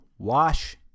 Wash